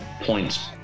points